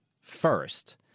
first